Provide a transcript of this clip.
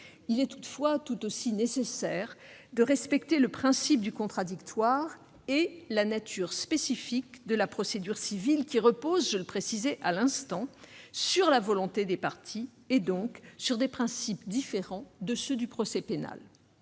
Il est toutefois tout aussi nécessaire de respecter le principe du contradictoire et la nature spécifique de la procédure civile, qui repose, je le précisais à l'instant, sur la volonté des parties, donc sur des principes différents de ceux du procès pénal.